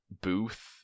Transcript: booth